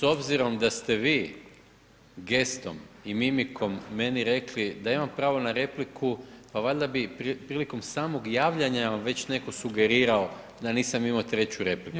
S obzirom da ste vi, gestom i mimikom meni rekli da imam pravo na repliku, pa valjda bi prilikom samog javljanja vam već netko sugerirao da nisam imao treću repliku.